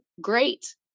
great